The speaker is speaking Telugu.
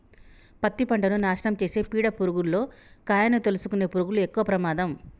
పత్తి పంటను నాశనం చేసే పీడ పురుగుల్లో కాయను తోలుసుకునే పురుగులు ఎక్కవ ప్రమాదం